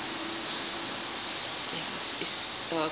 is is uh